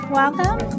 welcome